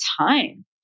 time